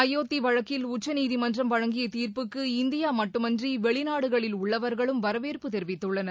அயோத்தி வழக்கில் உச்சநீதிமன்றம் வழங்கிய தீர்ப்புக்கு இந்தியா மட்டுமின்றி வெளிநாடுகளில் உள்ளவர்களும் வரவேற்பு தெரிவித்துள்ளனர்